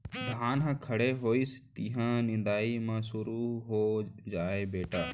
धान ह खड़े होइस तिहॉं निंदई ह सुरू हो जाथे बेटा